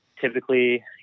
typically